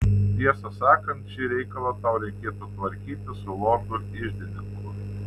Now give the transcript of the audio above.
tiesą sakant šį reikalą tau reikėtų tvarkyti su lordu iždininku